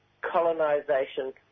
colonization